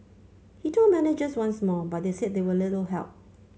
he told managers once more but said they were little help